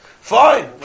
Fine